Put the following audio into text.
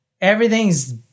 Everything's